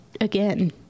Again